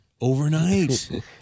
Overnight